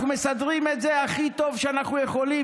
אנחנו מסדרים את זה הכי טוב שאנחנו יכולים